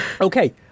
okay